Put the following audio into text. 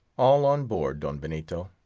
all on board, don benito,